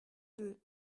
deux